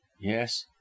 Yes